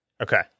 okay